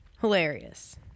Hilarious